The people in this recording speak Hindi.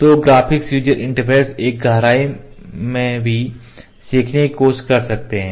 तो ग्राफिक यूजर इंटरफेस एक गहराई में भी सीखने की कोशिश कर सकते हैं